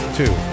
two